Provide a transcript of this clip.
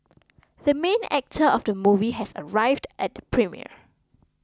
the main actor of the movie has arrived at the premiere